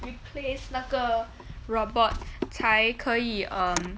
replace 那个 robot 才可以 um